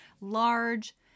large